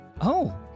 Oh